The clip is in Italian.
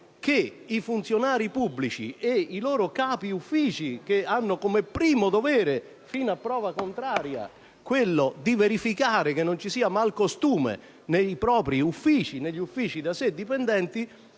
i funzionari pubblici e i loro capi ufficio, che hanno come primo dovere, fino a prova contraria, quello di controllare che non ci sia malcostume nei propri uffici, negli uffici da loro diretti.